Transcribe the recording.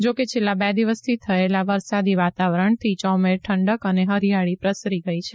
જોકે છેલ્લાં બે દિવસથી થયેલા વરસાદી વાતાવરણથી ચોમેર ઠંડક અને હરિયાળી પ્રસરી ગઈ છે